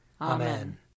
Amen